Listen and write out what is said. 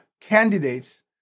candidates